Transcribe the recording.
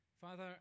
Father